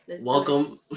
Welcome